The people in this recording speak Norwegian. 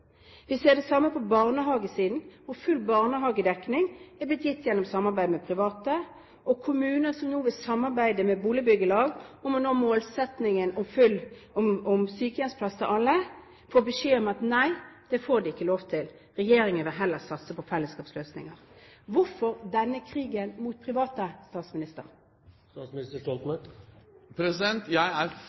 Vi ser det samme på barnehagesiden, hvor full barnehagedekning er skjedd gjennom samarbeid med private. Og kommuner som nå vil samarbeide med boligbyggelag for å nå målsettingen om sykehjemsplass til alle, får beskjed om at nei, det får de ikke lov til, regjeringen vil heller satse på fellesskapsløsninger. Hvorfor denne krigen mot private, statsminister? Jeg er for private, jeg.